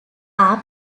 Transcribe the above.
are